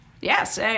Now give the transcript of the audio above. Yes